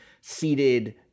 seated